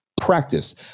practice